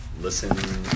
listen